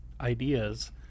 ideas